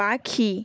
পাখি